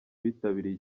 bitabiriye